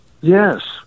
yes